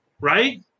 right